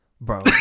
bro